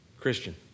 Christian